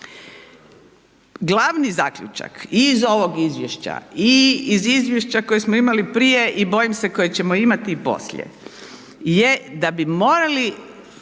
Glavni zaključak i iz ovog izvješća i iz izvješća koje smo imali prije i bojim se kojeg ćemo imati i poslije, je da bi morali